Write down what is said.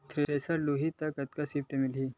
Thresher लेहूं त कतका सब्सिडी मिलही?